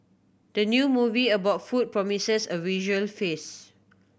the new movie about food promises a visual feast